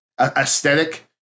aesthetic